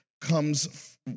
comes